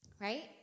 right